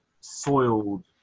soiled